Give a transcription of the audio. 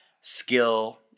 skill